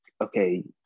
okay